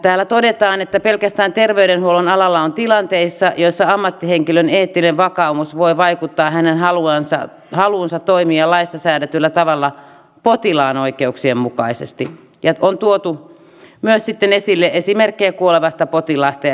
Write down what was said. täällä todetaan että pelkästään terveydenhuollon alalla on tilanteita joissa ammattihenkilön eettinen vakaumus voi vaikuttaa hänen haluunsa toimia laissa säädetyllä tavalla potilaan oikeuksien mukaisesti ja on myös tuotu esille esimerkkejä kuolevasta potilaasta ja hedelmöityshoidosta